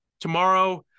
Tomorrow